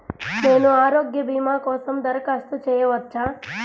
నేను ఆరోగ్య భీమా కోసం దరఖాస్తు చేయవచ్చా?